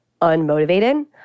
unmotivated